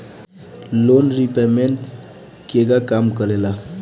Loan repayment केगा काम करेला?